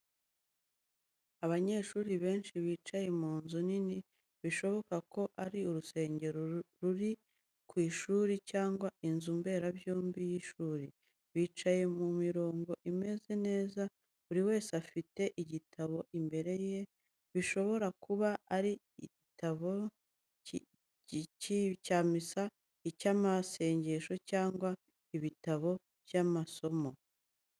Abanyeshuri benshi bicaye mu nzu nini, bishoboka ko ari urusengero ruri ku ishuri cyangwa inzu mberabyombi y’ishuri. Bicaye mu mirongo imeze neza, buri wese afite igitabo imbere ye bishobora kuba ari ibitabo bya misa, iby'amasengesho, cyangwa ibitabo by’amasomo.